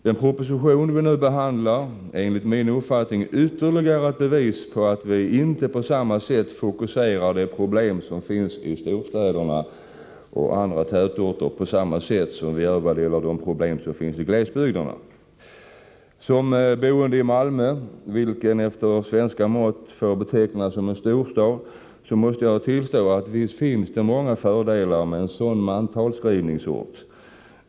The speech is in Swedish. Den proposition vi ni behandlar är enligt min uppfattning ytterligare ett bevis på att vi inte fokuserar de problem som finns i storstäderna och andra tätorter på samma sätt som när det gäller problemen i glesbygderna. Som boende i Malmö, som efter svenska mått får betecknas som en storstad, måste jag tillstå att visst finns det många fördelar med en sådan mantalsskrivningsort.